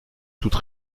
toute